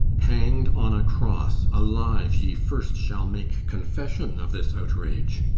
hanged on a cross, alive ye first shall make confession of this outrage.